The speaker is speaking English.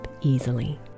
easily